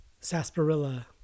sarsaparilla